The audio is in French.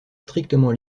strictement